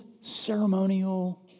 ceremonial